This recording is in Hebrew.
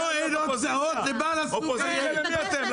למי נטפלתם?